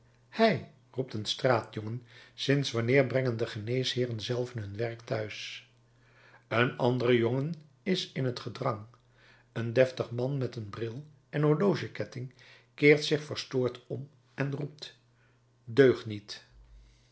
hei roept een straatjongen sinds wanneer brengen de geneesheeren zelven hun werk thuis een andere jongen is in t gedrang een deftig man met een bril en horlogeketting keert zich verstoord om en roept deugniet